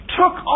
took